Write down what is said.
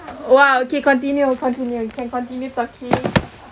!wow! okay continue continue you can continue talking